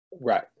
Right